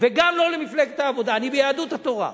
וגם לא למפלגת העבודה, אני ביהדות התורה.